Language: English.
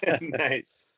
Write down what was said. Nice